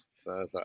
further